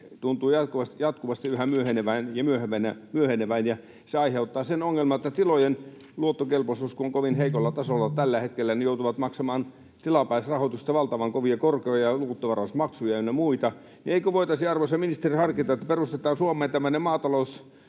tuntuvat jatkuvasti yhä myöhenevän ja myöhenevän — se aiheuttaa sen ongelman, että kun tilojen luottokelpoisuus on kovin heikolla tasolla tällä hetkellä, ne joutuvat maksamaan tilapäisrahoitusten valtavan kovia korkoja ja luottovarausmaksuja ynnä muita. Eikö voitaisi, arvoisa ministeri, harkita, että perustetaan Suomeen tämmöinen